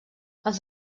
els